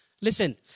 Listen